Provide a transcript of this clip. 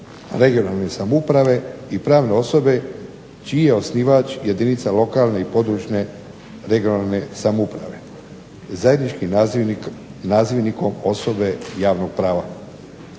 (regionalne) samouprave i pravne osobe čiji je osnivač jedinica lokalne i područne (regionalne) samouprave. Zajedničkim nazivnikom osobe javnog prava.